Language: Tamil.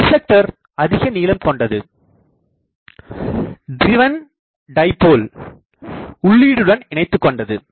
ரிப்ளெக்டர் அதிக நீளம் கொண்டது டிரிவேன் டைபோல் உள்ளீடுடன் இணைத்துக்கொண்டது